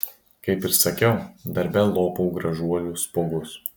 kaip ir sakiau darbe lopau gražuolių spuogus